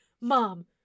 mom